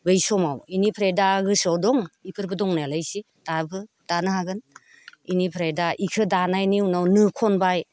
बै समाव बिनिफ्राय दा गोसोआव दं बेफोरबो दंनायालाय इसे दाबो दानो हागोन बेनिफ्राय दा बेखौ दानायनि उनाव नो खनबाय